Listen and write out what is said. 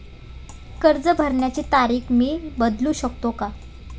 कर्ज भरण्याची तारीख मी बदलू शकतो का?